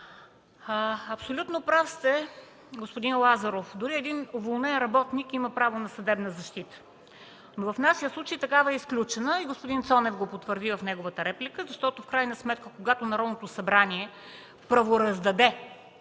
Абсолютно прав сте, господин Лазаров – дори един уволнен работник има право на съдебна защита. Но в нашия случай такава е изключена, и господин Цонев го потвърди в неговата реплика, защото в крайна сметка, когато Народното събрание правораздаде